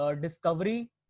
discovery